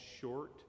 short